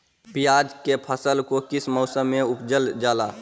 प्याज के फसल को किस मौसम में उपजल जाला?